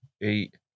eight